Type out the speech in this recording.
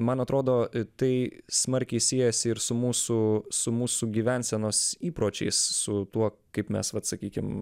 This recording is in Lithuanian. man atrodo tai smarkiai siejasi ir su mūsų su mūsų gyvensenos įpročiais su tuo kaip mes vat sakykim